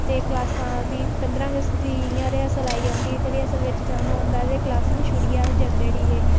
ते क्लासां भी इंया पंदरां अगस्त दी रिहर्सल आई जंदी ते रिहर्सल बिच जाना होंदा ते अस क्लासां छुड़ियै जंदे उठी हे